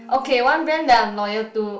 okay one brand that I'm loyal to